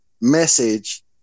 message